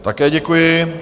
Také děkuji.